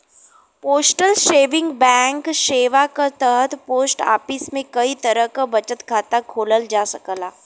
postal saving bank सेवा क तहत पोस्ट ऑफिस में कई तरह क बचत खाता खोलल जा सकेला